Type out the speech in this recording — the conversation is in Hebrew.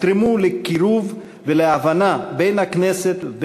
יתרמו לקירוב ולהבנה בין הכנסת,